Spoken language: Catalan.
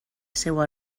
seua